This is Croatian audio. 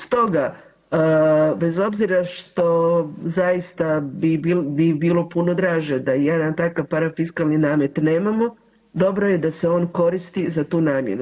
Stoga bez obzira što zaista bi bilo puno draže da jedan takav parafiskalni namet nemamo, dobro je da se on koristi za tu namjenu.